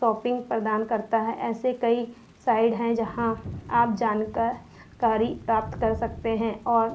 shopping प्रदान करता है ऐसे कई साइड हैं जहाँ आप जानकर कारी प्राप्त कर सकते हैं और